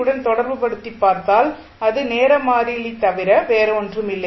உடன் தொடர்புபடுத்தி பார்த்தால் இது நேர மாறிலி தவிர வேறொன்றுமில்லை